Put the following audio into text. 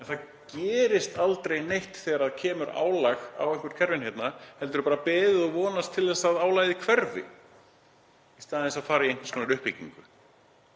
en það gerist aldrei neitt þegar kemur álag á einhver kerfi hérna, heldur er bara beðið og vonast til þess að álagið hverfi í stað þess að fara í einhvers konar uppbyggingu.